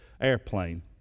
airplane